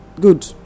Good